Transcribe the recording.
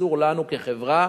אסור לנו כחברה